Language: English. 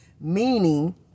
Meaning